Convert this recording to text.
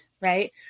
Right